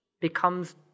becomes